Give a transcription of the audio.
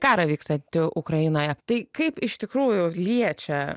karą vykstantį ukrainoje tai kaip iš tikrųjų liečia